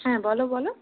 হ্যাঁ বলো বলো